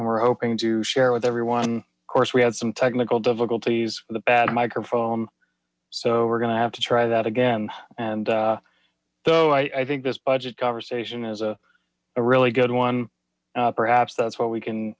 and we're hoping to share with everyone of course we had some technical difficulties with the bad microphone so we're gonna have to try that again and though i think this budget conversation is a really good one perhaps that's where we can